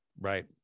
right